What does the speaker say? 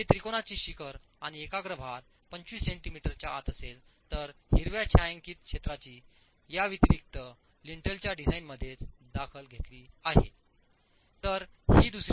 जर त्रिकोणाचे शिखर आणि एकाग्र भार 25 सेंटीमीटरच्या आत असेल तर हिरव्या छायांकित क्षेत्राची याव्यतिरिक्त लिंटलच्या डिझाइनमध्येच दखल घेतली आहे जाईल